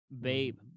babe